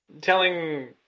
telling